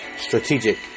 strategic